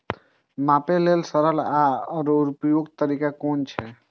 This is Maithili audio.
मापे लेल सरल आर उपयुक्त तरीका कुन छै?